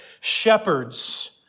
shepherds